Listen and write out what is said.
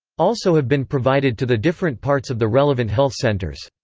also have been provided to the different parts of the relevant health centres.